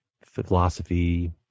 philosophy